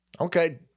Okay